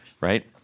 right